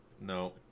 No